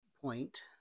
point